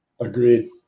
Agreed